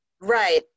Right